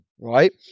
right